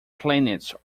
planets